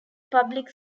public